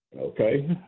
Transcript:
Okay